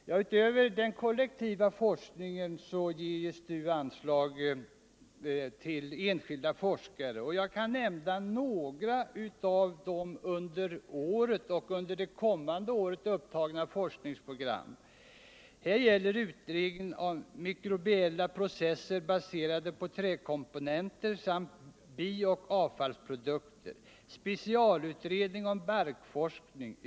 Utöver stödet till den kollektiva forskningen ger STU anslag till enskilda forskare, och jag kan nämna några av de under året och under det kommande året upptagna forskningsprogrammen: Utredning om mikrobiella processer baserade på träkomponenter samt bioch avfallsprodukter. Specialutredning om barkforskning.